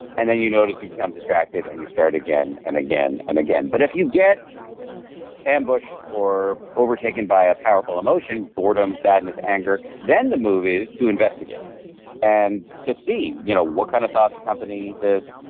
and you know that you've become distracted, and you start again, and again, and again, but if you get ambushed or overtaken by a powerful emotion, boredom, sadness, anger, then the move is to investigate to see you know what kind of thoughts accompany this?